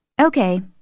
Okay